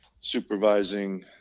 supervising